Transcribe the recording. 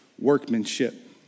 workmanship